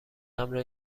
مبر